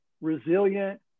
resilient